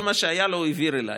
וכל מה שהיה לו הוא העביר אליי.